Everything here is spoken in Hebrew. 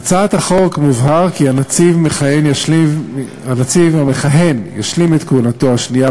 בהצעת החוק מובהר כי הנציב המכהן ישלים את כהונתו השנייה,